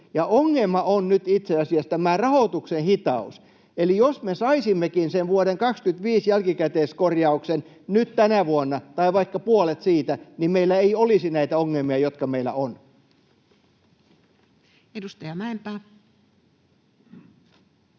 Ongelma on nyt itse asiassa tämä rahoituksen hitaus, eli jos me saisimmekin sen vuoden 2025 jälkikäteiskorjauksen nyt tänä vuonna tai vaikka puolet siitä, niin meillä ei olisi näitä ongelmia, jotka meillä on. [Speech